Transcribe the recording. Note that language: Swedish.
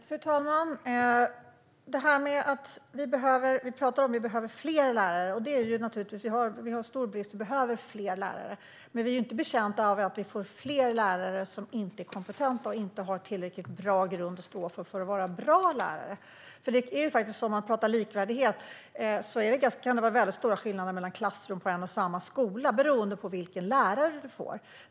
Fru talman! Vi pratar om att vi behöver fler lärare, och det gör vi för att vi har en stor lärarbrist. Men vi är inte betjänta av att få fler lärare som inte är kompetenta och inte har tillräckligt bra grund att stå på för att vara bra lärare. När det gäller likvärdighet kan det vara väldigt stora skillnader mellan klassrummen på en och samma skola beroende på vilken lärare du får.